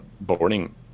boarding